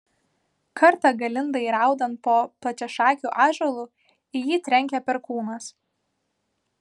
kartą galindai raudant po plačiašakiu ąžuolu į jį trenkė perkūnas